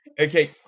okay